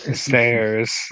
Stairs